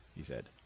he said.